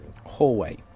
hallway